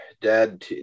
dad